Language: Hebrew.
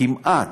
כמעט,